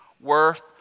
worth